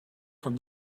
from